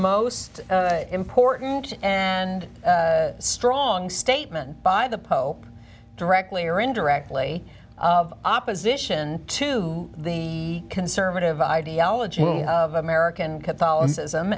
most important and strong statement by the pope directly or indirectly of opposition to the conservative ideology of american catholicism